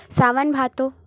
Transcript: सावन भादो